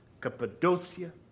Cappadocia